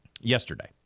yesterday